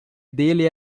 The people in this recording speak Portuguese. dele